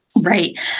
Right